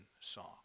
song